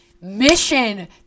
mission